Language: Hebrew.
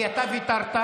כי אתה ויתרת,